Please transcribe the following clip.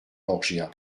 borgia